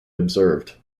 observed